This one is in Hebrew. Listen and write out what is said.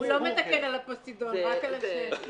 הוא לא מתקן על "הפוסידון", רק על השם.